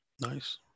Nice